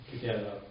together